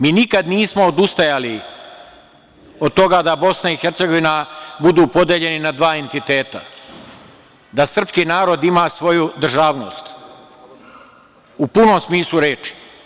Mi nikada nismo odustajali od toga da BiH bude podeljena na dva entiteta, da srpski narod ima svoju državnost, u punom smislu reči.